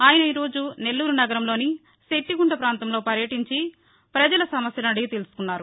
ఆయన ఈరోజు నెల్లూరు నగరంలోని శెట్లిగుంట ప్రాంతంలో పర్యటించి ప్రపజల సమస్యలను తెలసుకున్నారు